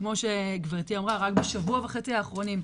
כמו שגברתי אמרה, רק בשבוע וחצי האחרונים: